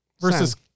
versus